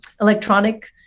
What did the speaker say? electronic